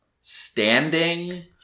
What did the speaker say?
standing